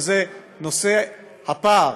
וזה נושא הפער